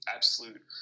absolute